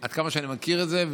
עד כמה שאני מכיר את זה,